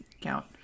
count